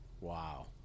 wow